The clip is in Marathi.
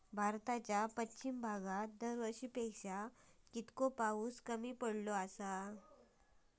भारताच्या पश्चिम भागात दरवर्षी पेक्षा कीतको पाऊस कमी पडता?